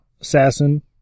assassin